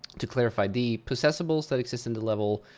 to clarify the possessables that exist in the level,